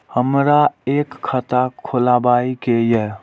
हमरा एक खाता खोलाबई के ये?